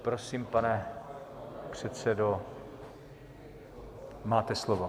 Prosím, pane předsedo, máte slovo.